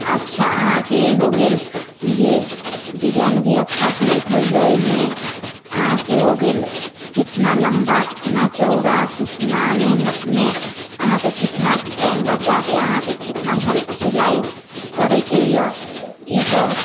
अच्छा अहाँके हो गेल जे डिजाइन भी अच्छा सिएके होइ हइ ओहिमे अहाँके हो गेल कतना लम्बा कतना चौड़ा कतना मेहनतिमे अहाँके कतना टाइम बचाके अहाँके कतना सिलाइ करैके अइ ई सब